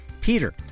Peter